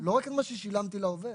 לא רק את מה ששילמתי לעובד